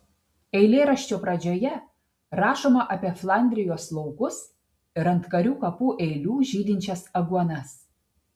eilėraščio pradžioje rašoma apie flandrijos laukus ir ant karių kapų eilių žydinčias aguonas